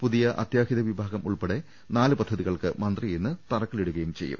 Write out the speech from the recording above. പുതിയ അത്യാഹിത വിഭാഗം ഉൾപ്പെടെ നാലു പദ്ധതികൾക്ക് മന്ത്രി ഇന്നു തറക്കല്ലിടുകയും ചെയ്യും